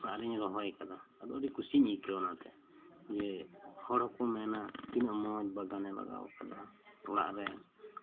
ᱚᱲᱟᱜ ᱨᱮᱧ ᱨᱚᱦᱚᱭ ᱠᱟᱫᱟ ᱟᱫᱚ ᱟᱰᱤ ᱠᱩᱥᱤᱧ ᱟᱹᱭᱠᱟᱹᱣᱟ ᱡᱮ ᱦᱚᱲ ᱦᱚᱸᱠᱚ ᱢᱮᱱᱟ ᱛᱤᱱᱟᱹᱜ ᱢᱚᱸᱡᱽ ᱵᱟᱜᱟᱱᱮ ᱞᱟᱜᱟᱣ ᱠᱟᱫᱟ ᱚᱲᱟᱜ ᱨᱮ